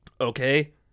Okay